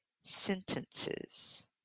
sentences